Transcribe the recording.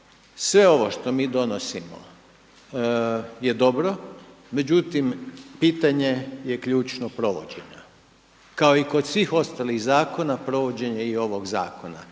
sve ovo što mi donosimo je dobro, međutim pitanje je ključnog provođenja. Kao i kod svih ostalih zakona provođenje i ovog zakona.